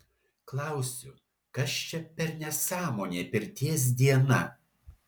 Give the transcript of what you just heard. klausiu kas čia per nesąmonė pirties diena